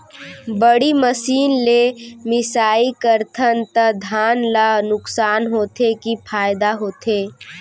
बड़ी मशीन ले मिसाई करथन त धान ल नुकसान होथे की फायदा होथे?